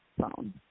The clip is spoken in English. phone